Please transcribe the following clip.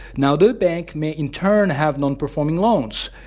now the bank may in turn have non-performing loans,